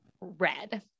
Red